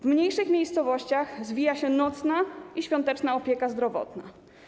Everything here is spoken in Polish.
W mniejszych miejscowościach zwija się nocna i świąteczna opieka zdrowotna.